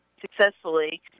successfully